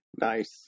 Nice